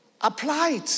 applied